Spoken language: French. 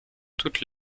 toutes